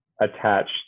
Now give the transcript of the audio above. attached